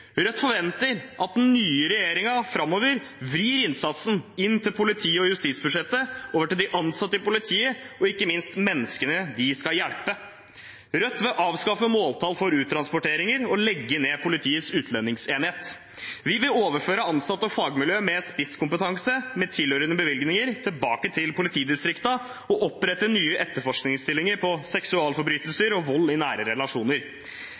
Rødt er en feil prioritering. Rødt forventer at den nye regjeringen framover vrir innsatsen for politiet i justisbudsjettet over til de ansatte i politiet, og ikke minst til de menneskene de skal hjelpe. Rødt vil avskaffe måltall for uttransporteringer og legge ned Politiets utlendingsenhet. Vi vil overføre ansatte og fagmiljøer med spisskompetanse, med tilhørende bevilgninger, tilbake til politidistriktene, og vi vil opprette nye etterforskningsstillinger for seksualforbrytelser og vold i nære